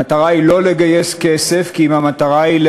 המטרה היא לא לגייס כסף כי אם להרתיע,